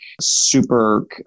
super